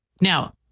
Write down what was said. Now